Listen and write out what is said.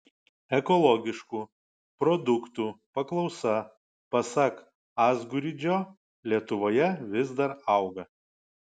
ekologiškų produktų paklausa pasak azguridžio lietuvoje vis dar auga